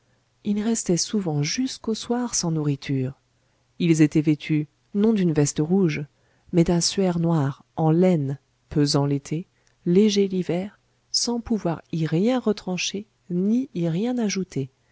ils restaient souvent jusqu'au soir sans nourriture ils étaient vêtus non d'une veste rouge mais d'un suaire noir en laine pesant l'été léger l'hiver sans pouvoir y rien retrancher ni y rien